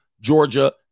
Georgia